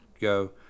go